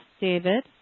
David